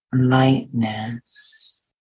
lightness